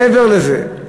מעבר לזה,